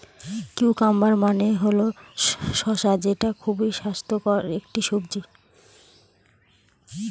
cucumber মানে হল শসা যেটা খুবই স্বাস্থ্যকর একটি সবজি